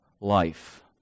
life